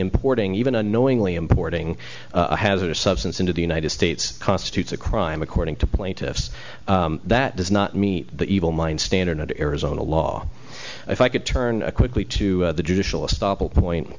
importing even unknowingly importing a hazardous substance into the united states constitutes a crime according to plaintiffs that does not meet the evil mind standard arizona law if i could turn quickly to the judicial a stop